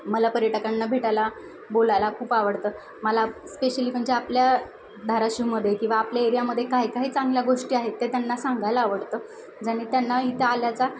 मला पर्यटकांना भेटायला बोलायला खूप आवडतं मला स्पेशली म्हणजे आपल्या धाराशिवमध्ये किंवा आपल्या एरियामध्ये काही काही चांगल्या गोष्टी आहेत ते त्यांना सांगायला आवडतं ज्याने त्यांना इथं आल्याचा